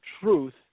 truth